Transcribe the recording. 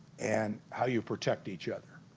and how you protect each other.